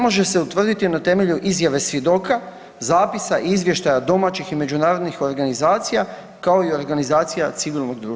može se utvrditi na temelju izjave svjedoka, zapisa, izvještaja domaćih i međunarodnih organizacija, kao i organizacija civilnog društva.